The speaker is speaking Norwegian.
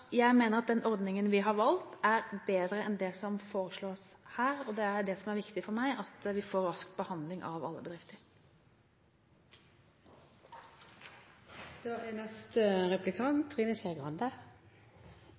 Jeg mener at den ordningen vi har valgt, er bedre enn det som foreslås her. Det som er viktig for meg, er at vi får rask behandling av alle